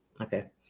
Okay